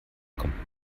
kommt